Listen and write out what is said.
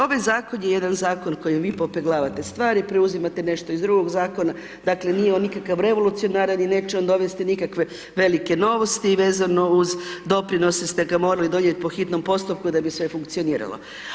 Ovaj zakon, je jedan zakon kojim vi popeglavati stvari i preuzimate nešto iz drugog zakona, dakle, nije on nikakav revolucionaran i neće on dovesti nikakve velike novosti, vezano uz doprinose ste ga morali donijeti po hitnom postupku da bi sve funkcioniralo.